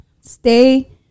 stay